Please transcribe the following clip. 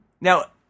Now